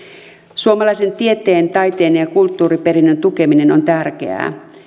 suomalaisen tieteen taiteen ja kulttuuriperinnön tukeminen on tärkeää